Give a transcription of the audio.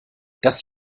das